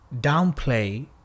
downplay